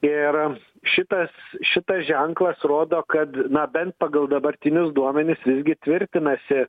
ir šitas šitas ženklas rodo kad na bent pagal dabartinius duomenis visgi tvirtinasi